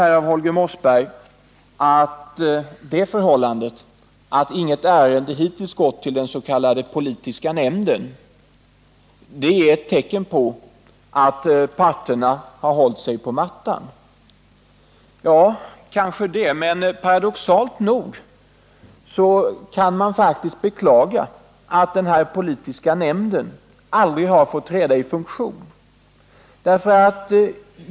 Holger Mossberg sade att det förhållandet att inget ärende hittills gått till den s.k. politiska nämnden är ett tecken på att parterna har hållit sig på mattan. Ja, kanske det. Men paradoxalt nog kan man faktiskt beklaga att den politiska nämnden aldrig har fått träda i funktion.